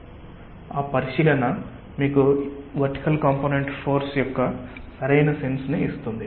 కాబట్టి ఆ పరిశీలన మీకు వర్టికల్ కాంపొనెంట్ ఆఫ్ ఫోర్స్ యొక్క సరైన సెన్స్ ని ఇస్తుంది